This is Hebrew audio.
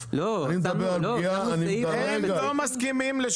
אז הם לא עושים את זה.